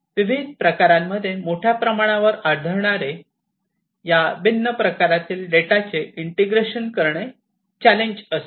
विविध प्रकारांमध्ये मोठ्या प्रमाणात आढळणारे या भिन्न प्रकारातील डेटाचे इंटिग्रेशन करणे हे चॅलेंज असते